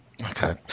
Okay